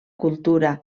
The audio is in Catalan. cultura